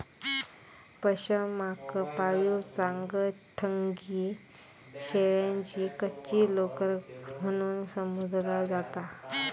पशमाक पाळीव चांगथंगी शेळ्यांची कच्ची लोकर म्हणून संबोधला जाता